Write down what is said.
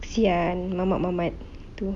kesian mamat-mamat tu